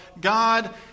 God